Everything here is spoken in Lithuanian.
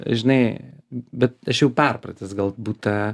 žinai bet aš jau perpratęs galbūt tą